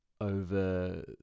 over